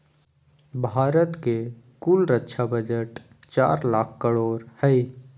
भारत के कुल रक्षा बजट चार लाख करोड़ हय